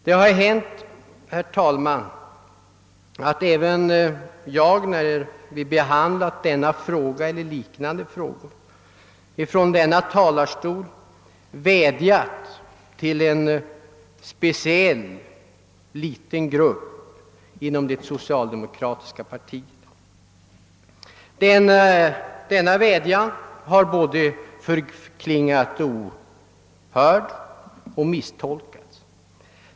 Det har hänt, herr talman, att även jag när vi behandlat denna eller liknande frågor från denna talarstol vädjat till en speciell liten grupp inom det socialdemokratiska partiet. Denna min vädjan har både förklingat ohörd och blivit misstolkad.